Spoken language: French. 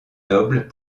nobles